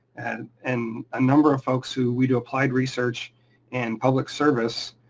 and and a number of folks who. we do applied research and public service,